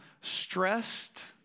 stressed